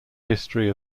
history